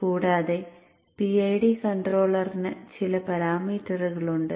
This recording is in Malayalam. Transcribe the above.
കൂടാതെ PID കൺട്രോളറിന് ചില പാരാമീറ്ററുകൾ ഉണ്ട്